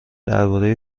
درباره